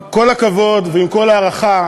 עם כל הכבוד ועם כל ההערכה,